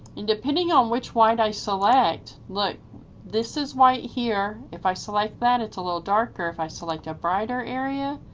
and depending on which white i select. like this is white here, if i select that it's a little darker if i select a brighter area.